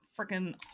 freaking